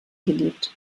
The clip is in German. gelebt